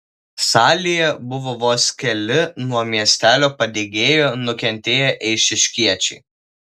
salėje buvo vos keli nuo miestelio padegėjo nukentėję eišiškiečiai